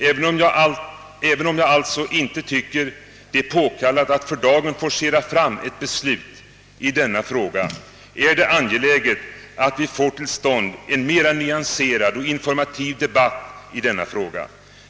även om jag alltså inte tycker det är påkallat att för dagen forcera fram ett beslut i denna fråga, är det angeläget att vi får till stånd en mera nyanserad och informativ debatt i denna fråga.